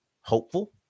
hopeful